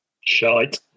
Shite